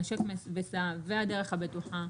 'נשק וסע' והדרך הבטוחה,